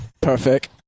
Perfect